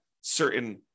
certain